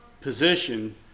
position